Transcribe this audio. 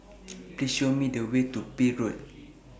Please Show Me The Way to Peel Road